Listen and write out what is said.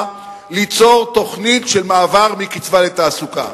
ליצור תוכנית של מעבר מקצבה לתעסוקה.